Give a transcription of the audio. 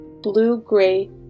blue-gray